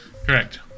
Correct